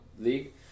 League